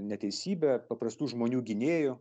neteisybę paprastų žmonių gynėju